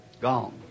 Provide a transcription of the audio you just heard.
gone